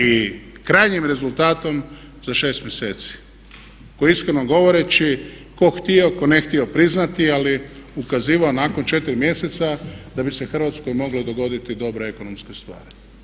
I krajnjim rezultatom za 6 mjeseci, ako iskreno govoreći tko htio, tko ne htio priznati ali ukazivati nakon 4 mjeseca da bi se Hrvatskoj mogao dogoditi dobra ekonomska stvar.